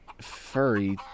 Furry